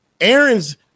Aaron's